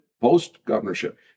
post-governorship